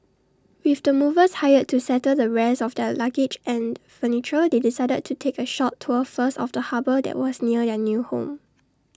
with the movers hired to settle the rest of their luggage and furniture they decided to take A short tour first of the harbour that was near their new home